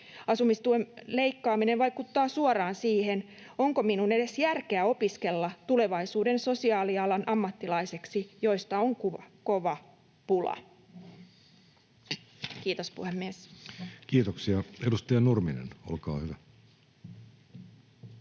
Asumistuen leikkaaminen vaikuttaa suoraan siihen, onko minun edes järkeä opiskella tulevaisuuden sosiaalialan ammattilaiseksi, joista on kova pula.” — Kiitos, puhemies. [Speech 193] Speaker: Jussi Halla-aho